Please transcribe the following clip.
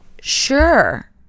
sure